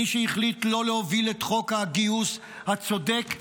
מי שהחליט לא להוביל את חוק הגיוס הצודק,